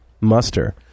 muster